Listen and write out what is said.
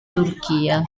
turchia